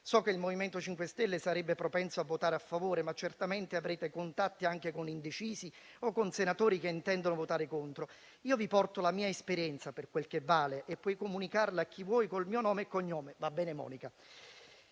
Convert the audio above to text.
So che il MoVimento 5 Stelle sarebbe propenso a votare a favore, ma certamente avrete contatti anche con indecisi o con senatori che intendono votare contro. Io vi porto la mia esperienza, per quel che vale, e puoi comunicarla a chi vuoi con il mio nome e cognome»; va bene Monica.